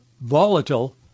volatile